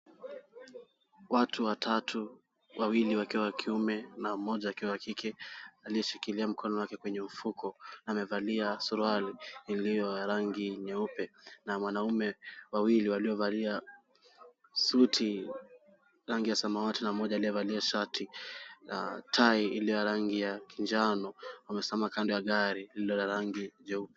Watu watatu wawili wakiwa wa kiume na mmoja akiwa wa kike aliyeshikilia mkono wake kwenye mfuko amevalia suruali iliyo ya rangi nyeupe na mwanaume wawili waliovalia suti rangi ya samawati na mmoja aliyevalia shati na tai iliyo rangi ya kinjano. Amesimama kando ya gari lililo la rangi jeupe.